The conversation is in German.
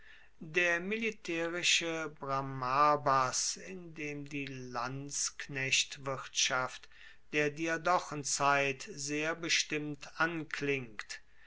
der militaerische bramarbas in dem die landsknechtwirtschaft der diadochenzeit sehr bestimmt anklingt